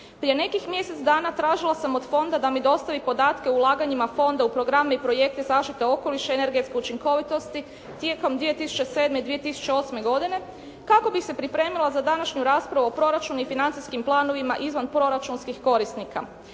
Prije nekih mjesec dana tražila sam od Fonda da mi dostavi podatke o ulaganjima Fonda u programe i projekte zaštite okoliša i energetske učinkovitosti tijekom 2007. i 2008. godine kako bih se pripremila za današnju raspravu o proračunu i financijskim planovima izvanproračunskih korisnika.